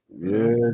yes